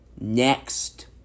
next